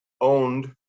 owned